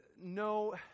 no